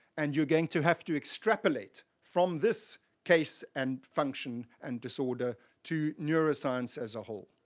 and you're going to have to extrapolate from this case and function and disorder to neuroscience as a whole.